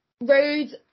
roads